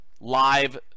live